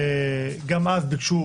גם אז ביקשו